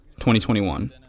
2021